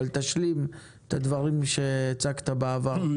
תשלים את הדברים שהצגת בעבר.